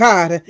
God